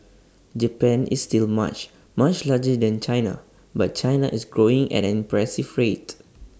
Japan is still much much larger than China but China is growing at an impressive rate